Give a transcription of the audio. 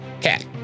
cat